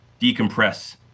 decompress